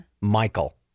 Michael